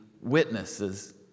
witnesses